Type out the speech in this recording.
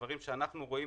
דברים שאנחנו רואים